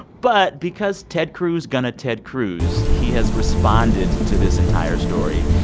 but because ted cruz going to ted cruz, he has responded to this entire story.